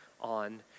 on